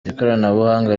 ikoranabuhanga